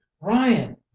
ryan